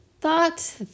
thought